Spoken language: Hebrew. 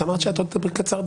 את אמרת שאתה תהיי קצרה.